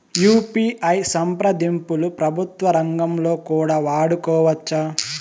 UPI సంప్రదింపులు ప్రభుత్వ రంగంలో కూడా వాడుకోవచ్చా?